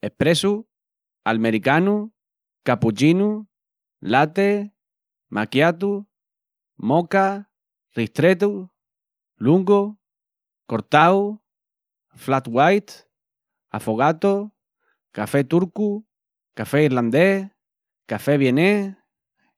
espressu, almericanu, capuchinu, latte, macchiato, mocha, ristretto, lungo, cortau, flat white, affogato, café turcu, café irlandés, café vienés,